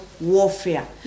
warfare